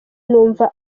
numva